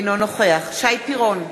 אינו נוכח שי פירון,